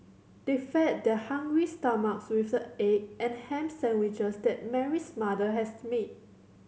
they fed their hungry stomachs with the egg and ham sandwiches that Mary's mother has to make